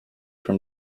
from